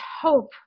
hope